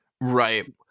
Right